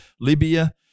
Libya